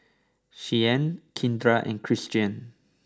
Shianne Kindra and Kristian